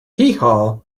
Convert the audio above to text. heehaw